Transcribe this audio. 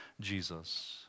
Jesus